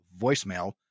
voicemail